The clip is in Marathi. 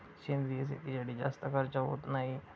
सेंद्रिय शेतीसाठी जास्त खर्च होत नाही